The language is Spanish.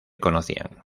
conocían